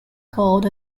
called